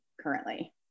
currently